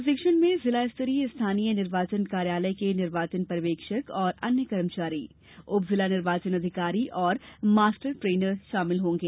प्रशिक्षण में जिला स्तरीय स्थानीय निर्वाचन कार्यालय के निर्वाचन पर्यवेक्षक और अन्य कर्मचारी उप जिला निर्वाचन अधिकारी और मास्टर ट्रेनर्स शामिल होंगे